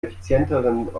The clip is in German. effizienteren